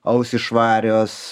ausys švarios